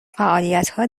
فعالیتها